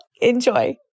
Enjoy